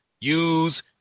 use